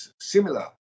similar